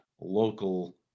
local